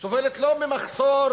סובלת לא ממחסור